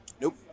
Nope